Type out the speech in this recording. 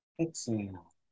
exhale